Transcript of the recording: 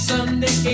Sunday